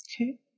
Okay